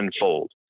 unfold